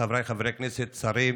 חבריי חברי הכנסת, שרים,